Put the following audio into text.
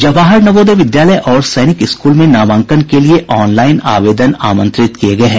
जवाहर नवोदय विद्यालय और सैनिक स्कूल में नामांकन के लिये ऑनलाइन आवेदन आमंत्रित किये गये हैं